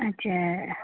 अच्छा